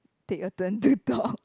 take a turn to talk